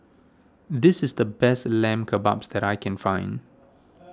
this is the best Lamb Kebabs that I can find